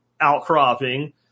outcropping